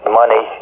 money